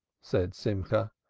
said simcha,